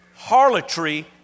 Harlotry